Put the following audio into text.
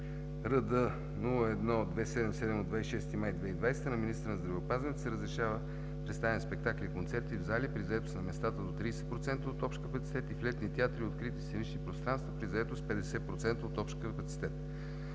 май 2020 г. на министъра на здравеопазването се разрешава представяне на спектакли и концерти в зали при заетост на местата до 30% от общия капацитет, и в летни театри и открити сценични пространства при заетост 50% от общия капацитет.